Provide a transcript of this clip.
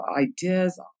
ideas